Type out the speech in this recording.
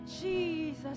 Jesus